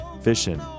fishing